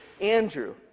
Andrew